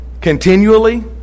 continually